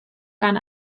gan